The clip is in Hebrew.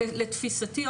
לתפיסתי,